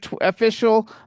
Official